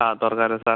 ആ പറഞ്ഞേര സാർ